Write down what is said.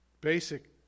basic